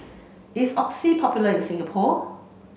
is Oxy popular in Singapore